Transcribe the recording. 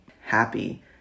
happy